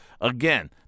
Again